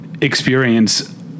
experience